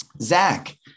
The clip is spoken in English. Zach